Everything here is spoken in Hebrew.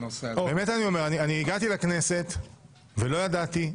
הגעתי לכנסת ולא ידעתי,